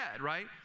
right